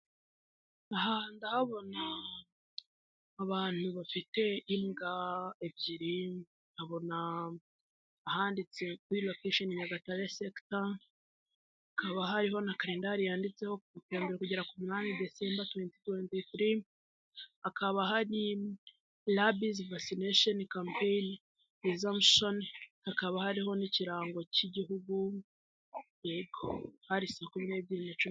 Abantu bafite imbwa ebyiri hari icyapa cyo gukingiza imbwa umurenge wa Nyagatare hakaba hariho na kalendari yanditseho igihe bizabera kuva ku itariki ya mbere kugeza ku itariki umunani , ugushyingo , umwaka w'2023.